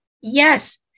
Yes